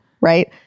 right